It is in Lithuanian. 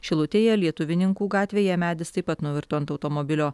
šilutėje lietuvininkų gatvėje medis taip pat nuvirto ant automobilio